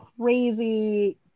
crazy